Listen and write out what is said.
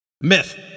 Myth